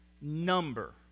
number